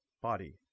body